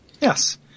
Yes